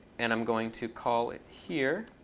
and i'm going to call it here.